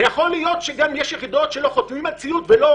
זה יכול להיות שיש יחידות שלא חותמים על ציוד וגם לא